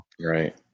Right